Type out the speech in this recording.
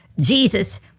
jesus